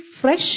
fresh